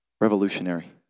revolutionary